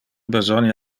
besonia